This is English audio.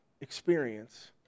experience